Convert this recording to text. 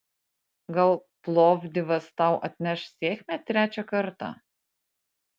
gal plovdivas tau atneš sėkmę trečią kartą